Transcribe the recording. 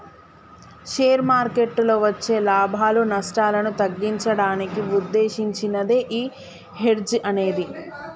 share మార్కెట్టులో వచ్చే లాభాలు, నష్టాలను తగ్గించడానికి వుద్దేశించినదే యీ హెడ్జ్ అనేది